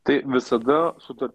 tai visada sutar